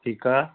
ठीकु आहे